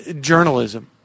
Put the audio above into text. journalism